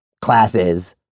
classes